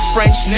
French